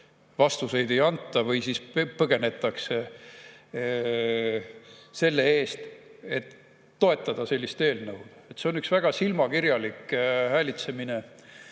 vastuseid ei anta või põgenetakse selle eest, et sellist eelnõu toetada. See on üks väga silmakirjalik häälitsemine